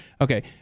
Okay